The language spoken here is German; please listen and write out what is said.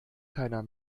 keiner